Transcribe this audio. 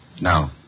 No